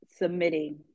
submitting